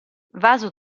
vaso